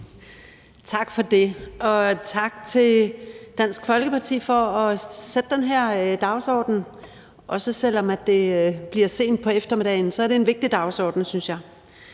Tak for det. Og tak til Dansk Folkeparti for at sætte den her dagsorden, også selv om det bliver sent på eftermiddagen, for det er en vigtig dagsorden, synes jeg.